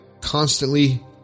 constantly